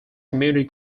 community